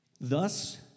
Thus